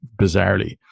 bizarrely